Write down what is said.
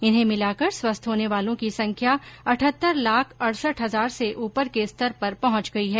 इन्हें भिलाकर स्वस्थ होने वालों की संख्या अठहत्तर लाख अड़सठ हजार से ऊपर के स्तर पर पहुंच ँगई है